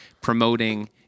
promoting